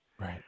Right